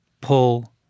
Pull